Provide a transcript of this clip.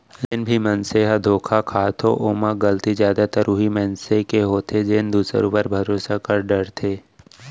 जेन भी मनसे ह धोखा खाथो ओमा गलती जादातर उहीं मनसे के होथे जेन दूसर ऊपर भरोसा कर डरथे